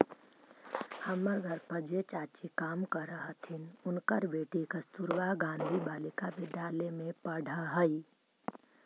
हमर घर पर जे चाची काम करऽ हथिन, उनकर बेटी कस्तूरबा गांधी बालिका विद्यालय में पढ़ऽ हई